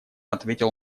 ответил